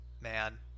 Man